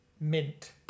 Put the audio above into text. Mint